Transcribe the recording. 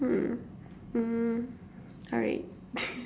hmm mm alright